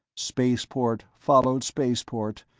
spaceport followed spaceport,